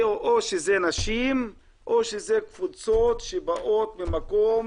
או שזה נשים, או שאלה קבוצות שבאות ממקום